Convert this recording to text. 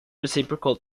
reciprocal